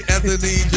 Anthony